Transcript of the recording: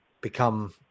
become